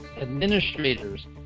administrators